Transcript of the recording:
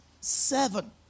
seven